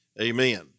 amen